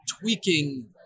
tweaking –